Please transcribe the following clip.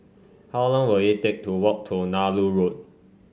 how long will it take to walk to Nallur Road